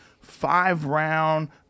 five-round